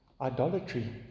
idolatry